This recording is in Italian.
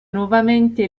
nuovamente